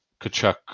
kachuk